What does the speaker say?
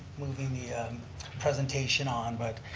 moving the presentation on. but